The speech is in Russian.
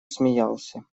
смеялся